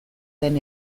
den